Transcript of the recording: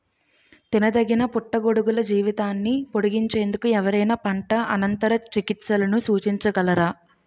తినదగిన పుట్టగొడుగుల జీవితాన్ని పొడిగించేందుకు ఎవరైనా పంట అనంతర చికిత్సలను సూచించగలరా?